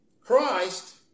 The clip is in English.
Christ